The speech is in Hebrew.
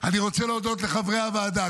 אני רוצה להודות לחברי הוועדה,